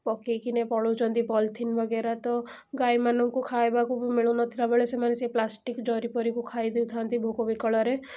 ପକେଇକିନି ପଳାଉଛନ୍ତି ପଲିଥିନ୍ ବଗେରା ତ ଗାଈମାନଙ୍କୁ ଖାଇବାକୁ ବି ମିଳୁନଥିଲା ବେଳେ ସେମାନେ ସେ ପ୍ଲାଷ୍ଟିକ୍ ଜରି ଫରିକୁ ଖାଇ ଦେଉଥାନ୍ତି ଭୋକ ବିକଳରେ